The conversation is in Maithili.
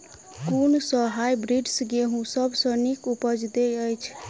कुन सँ हायब्रिडस गेंहूँ सब सँ नीक उपज देय अछि?